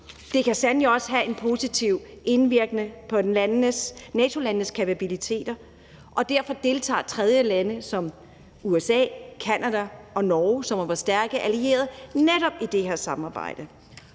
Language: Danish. det kan sandelig også have en positiv indvirkning på NATO-landenes kapabiliteter. Derfor deltager tredjelande som USA, Canada og Norge, som er vores stærke allierede, netop i det her samarbejde,